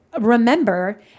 remember